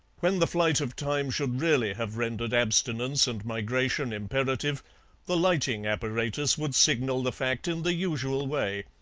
when the flight of time should really have rendered abstinence and migration imperative the lighting apparatus would signal the fact in the usual way.